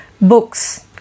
Books